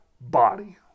body